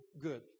good